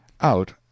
Out